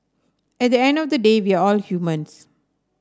at the end of the day we are all humans